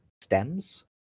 stems